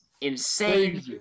insane